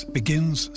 begins